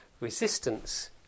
Resistance